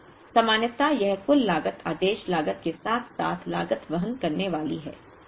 अब सामान्यतया यह कुल लागत आदेश लागत के साथ साथ लागत वहन करने वाली है